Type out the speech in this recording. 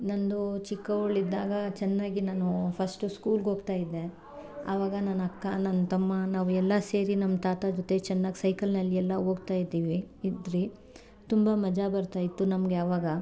ನಂದು ಚಿಕ್ಕವಳಿದ್ದಾಗ ಚೆನ್ನಾಗಿ ನಾನು ಫಸ್ಟು ಸ್ಕೂಲ್ಗೆ ಹೋಗ್ತಾ ಇದ್ದೆ ಅವಾಗ ನನ್ನಕ್ಕ ನನ್ನ ತಮ್ಮ ನಾವೆಲ್ಲ ಸೇರಿ ನಮ್ಮ ತಾತ ಜೊತೆಗೆ ಚೆನ್ನಾಗಿ ಸೈಕಲ್ನಲ್ಲಿ ಎಲ್ಲ ಹೋಗ್ತಾ ಇದ್ದೀವಿ ಇದ್ರಿ ತುಂಬ ಮಜ ಬರ್ತಾ ಇತ್ತು ನಮಗೆ ಆವಾಗ